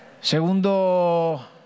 Segundo